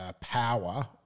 power